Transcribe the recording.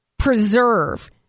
Preserve